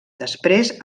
després